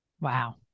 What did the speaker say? Wow